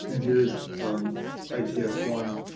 and here is um i t s one,